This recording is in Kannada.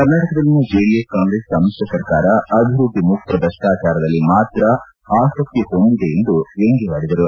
ಕರ್ನಾಟಕದಲ್ಲಿನ ಜೆಡಿಎಸ್ ಕಾಂಗ್ರೆಸ್ ಸಮ್ಮಿಶ್ರ ಸರ್ಕಾರ ಅಭಿವೃದ್ಧಿ ಮುಕ್ತ ಭ್ರಷ್ಟಾಚಾರದಲ್ಲಿ ಮಾತ್ರ ಆಸಕ್ತಿ ಹೊಂದಿದೆ ಎಂದು ವ್ಕಂಗ್ದವಾಡಿದರು